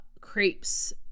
crepes